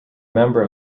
member